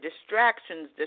distractions